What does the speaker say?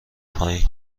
پایین